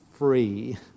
free